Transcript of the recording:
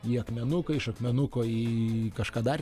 į akmenuką iš akmenuko į kažką dar